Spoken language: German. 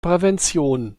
prävention